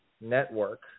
Network